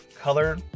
color